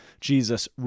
Jesus